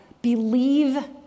Believe